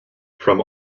from